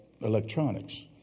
electronics